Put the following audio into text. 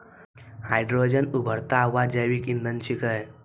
hydrogen उभरता हुआ जैविक इंधन छिकै